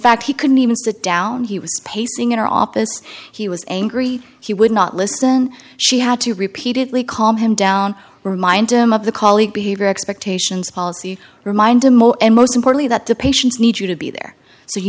fact he couldn't even sit down he was pacing in her office he was angry he would not listen she had to repeatedly calm him down remind him of the colleague behavior expectations policy remind him all and most importantly that the patients need you to be there so you